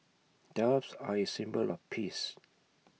doves are A symbol of peace